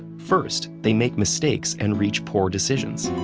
first, they make mistakes and reach poor decisions.